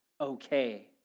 okay